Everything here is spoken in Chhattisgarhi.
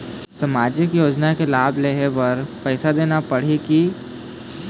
सामाजिक योजना के लाभ लेहे बर पैसा देना पड़ही की?